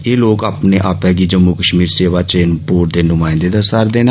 एह लोक अपने आपा गी जम्मू कष्मीर सेवा चयन बोर्ड दे नुमायंदे दस्सा रदे न